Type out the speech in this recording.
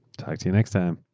talk to you next time